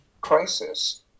crisis